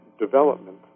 development